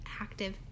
active